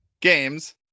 games